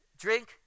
drink